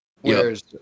Whereas